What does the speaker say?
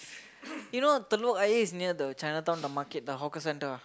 you know Telok-Ayer is near the Chinatown the market the hawker centre ah